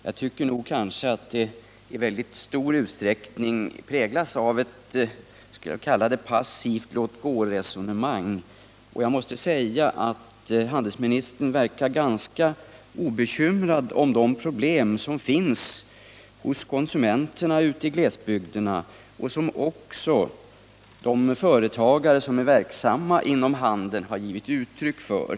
Det präglas i väldigt stor utsträckning av ett — som jag vill kalla det — passivt låtgåresonemang, och jag måste säga att handelsministern verkar ganska obekymrad över de problem som konsumenterna ute i glesbygden har och som också de företagare som är verksamma inom handeln givit uttryck åt.